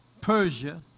Persia